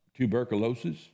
tuberculosis